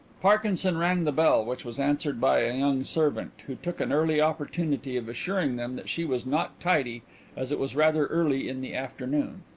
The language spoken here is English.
parkinson rang the bell, which was answered by a young servant, who took an early opportunity of assuring them that she was not tidy as it was rather early in the afternoon.